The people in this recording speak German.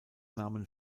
nahmen